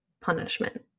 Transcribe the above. punishment